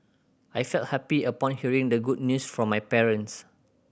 I felt happy upon hearing the good news from my parents